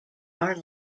are